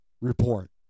report